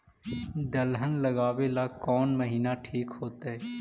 दलहन लगाबेला कौन महिना ठिक होतइ?